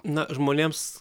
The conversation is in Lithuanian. na žmonėms